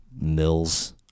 Mills